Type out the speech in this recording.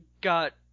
got